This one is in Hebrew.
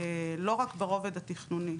לא רק ברובד התכנוני,